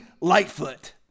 Lightfoot